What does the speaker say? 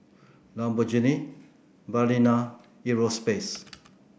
Lamborghini Balina Europace